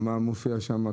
מה מופיע שם?